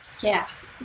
Yes